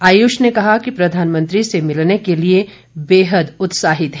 आयुष ने कहा कि प्रधानमंत्री से मिलने के लिए बेहद उत्साहित है